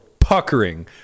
puckering